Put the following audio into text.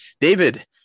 David